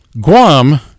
Guam